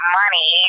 money